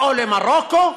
או למרוקו?